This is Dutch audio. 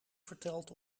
verteld